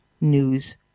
news